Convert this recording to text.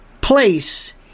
place